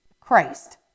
Christ